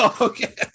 Okay